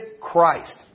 christ